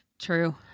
True